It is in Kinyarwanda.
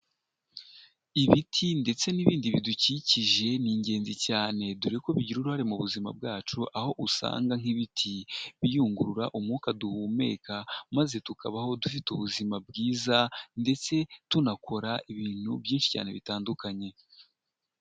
Ibiti ndetse n'ibindi bidukikije ni ingenzi cyane dore ko bigira uruhare mu buzima bwacu aho usanga nk'ibiti biyungurura umwuka duhumeka maze tukabaho dufite ubuzima bwiza ndetse tunakora ibintu byinshi cyane bitandukanye.